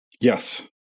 Yes